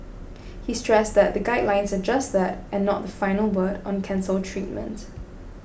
he stressed that the guidelines are just that and not the final word on cancer treatment